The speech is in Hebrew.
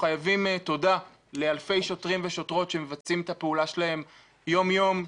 חייבים תודה לאלפי שוטרים ושוטרות שמבצעים את הפעולה שלהם יום יום,